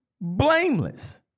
Blameless